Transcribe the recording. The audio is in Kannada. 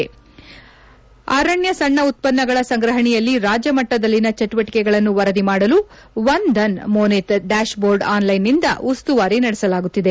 ಸಣ್ಣ ಅರಣ್ಯ ಉತ್ತನ್ನಗಳ ಸಂಗ್ರಪಣೆಯಲ್ಲಿ ರಾಜ್ಯಮಟ್ಟದಲ್ಲಿನ ಚಟುವಟಿಕೆಗಳನ್ನು ವರದಿ ಮಾಡಲು ವನ್ದನ್ ಮೋನಿತ್ ಡ್ವಾಷ್ಬೋರ್ಡ್ ಆನ್ಲೈನ್ನಿಂದ ಉಸ್ತುವಾರಿ ನಡೆಸಲಾಗುತ್ತಿದೆ